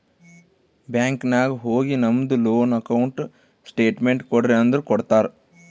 bank ನಾಗ್ ಹೋಗಿ ನಮ್ದು ಲೋನ್ ಅಕೌಂಟ್ ಸ್ಟೇಟ್ಮೆಂಟ್ ಕೋಡ್ರಿ ಅಂದುರ್ ಕೊಡ್ತಾರ್